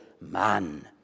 man